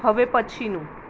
હવે પછીનું